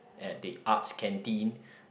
at the arts canteen